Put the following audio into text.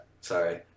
sorry